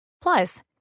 Plus